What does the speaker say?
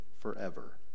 forever